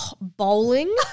bowling